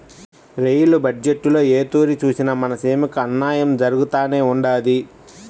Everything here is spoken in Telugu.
రెయిలు బజ్జెట్టులో ఏ తూరి సూసినా మన సీమకి అన్నాయం జరగతానే ఉండాది